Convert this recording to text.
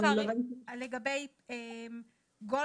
לא הבנתי.